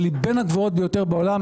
אבל בין הגבוהות בעולם,